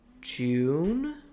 june